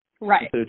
Right